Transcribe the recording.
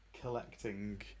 collecting